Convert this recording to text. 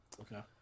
Okay